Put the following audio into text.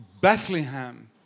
Bethlehem